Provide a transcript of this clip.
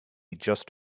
just